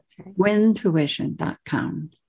Wintuition.com